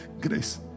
Grace